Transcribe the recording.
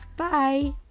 Bye